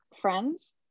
friends